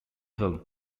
film